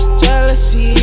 jealousy